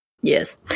Yes